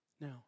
Now